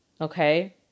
Okay